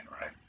right